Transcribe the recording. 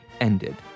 ended